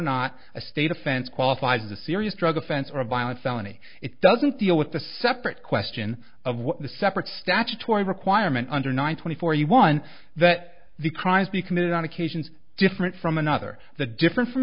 not a state offense qualifies the serious drug offense for a violent felony it doesn't deal with the separate question of what the separate statutory requirement under nine twenty for you one that the crimes be committed on occasions different from another the different from